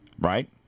right